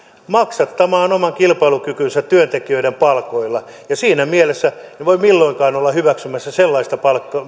maksattamaan oman kilpailukykynsä työntekijöiden palkoilla siinä mielessä en voi milloinkaan olla hyväksymässä sellaista